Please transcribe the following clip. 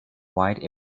wide